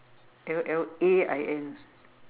L L A I N